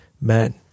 men